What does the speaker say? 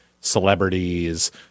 celebrities